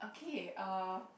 okay uh